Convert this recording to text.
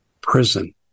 Prison